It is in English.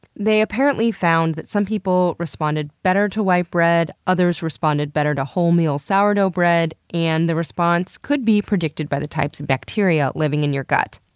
they apparently found that some people responded better to white bread, others responded better to whole meal sourdough bread, and the response could be predicted by the types of bacteria living in the gut.